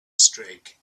streak